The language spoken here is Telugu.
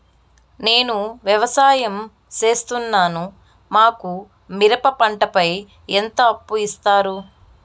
నేను వ్యవసాయం సేస్తున్నాను, మాకు మిరప పంటపై ఎంత అప్పు ఇస్తారు